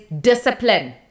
discipline